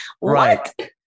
Right